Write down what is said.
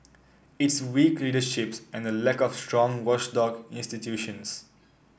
it's weak leaderships and the lack of strong watchdog institutions